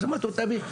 אז אמרתי לו תביא,